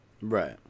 Right